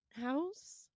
house